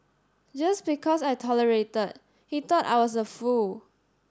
just because I tolerated he thought I was a fool